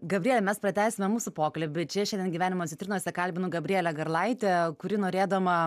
gabriele mes pratęsime mūsų pokalbį čia šiandien gyvenimo citrinose kalbinu gabrielę garlaitę kuri norėdama